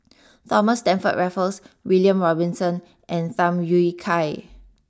Thomas Stamford Raffles William Robinson and Tham Yui Kai